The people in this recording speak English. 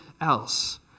else